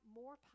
more